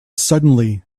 suddenly